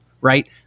right